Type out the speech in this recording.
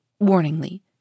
Warningly